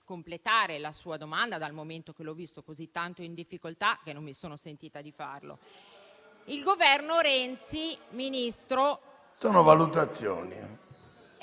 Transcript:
Sono valutazioni.